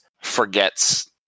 forgets